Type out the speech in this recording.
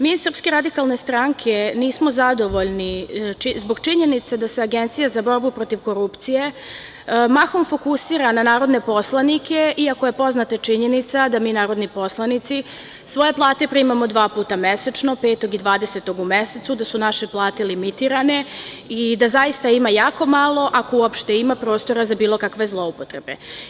Mi iz Srpske radikalne stranke nismo zadovoljni zbog činjenice da se Agencija za borbu protiv korupcije mahom fokusira na narodne poslanike, iako je poznata činjenica da mi narodni poslanici svoje plate primamo dva puta mesečno, 5. i 20. u mesecu, da su naše plate limitirane i da zaista ima jako malo, ako uopšte ima, prostora za bilo kakve zloupotrebe.